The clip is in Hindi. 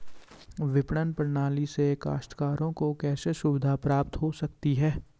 विपणन प्रणाली से काश्तकारों को कैसे सुविधा प्राप्त हो सकती है?